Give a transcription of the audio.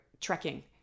trekking